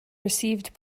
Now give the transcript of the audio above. received